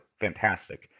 fantastic